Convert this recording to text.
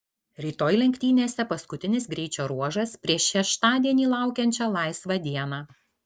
rytoj lenktynėse paskutinis greičio ruožas prieš šeštadienį laukiančią laisvą dieną